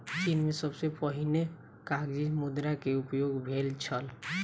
चीन में सबसे पहिने कागज़ी मुद्रा के उपयोग भेल छल